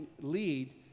lead